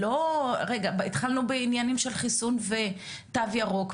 התחלנו בעניינים של חיסון ותו ירוק,